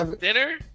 Dinner